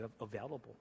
available